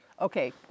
Okay